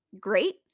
great